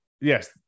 Yes